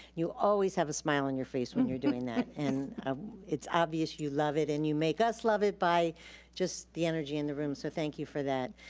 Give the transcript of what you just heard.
you always have a smile on your face when you're doing that. and it's obvious you love it, and you make us love it by just the energy in the room, so thank you for that.